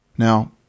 Now